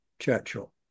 churchill